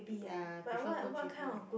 ya I prefer go j_b